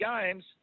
Games